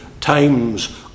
times